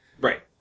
Right